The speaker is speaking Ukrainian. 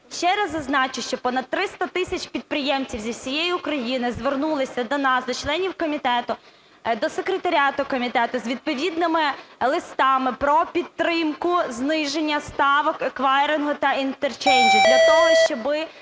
Ще раз зазначу, що понад 300 тисяч підприємців зі всієї України звернулися до нас, до членів комітету, до секретаріату комітету з відповідними листами про підтримку зниження ставок еквайрингу та інтерчейнджу. Для того, щоби